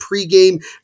pregame